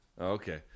okay